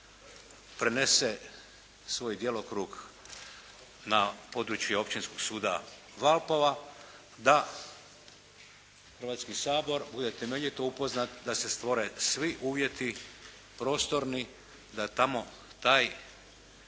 prenese svoj djelokrug na područje Općinskog suda Valpova, da Hrvatski sabor bude temeljito upoznat da se stvore svi uvjeti prostorni da tamo taj,